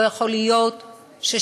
לא יכול להיות ששופט,